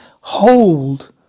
hold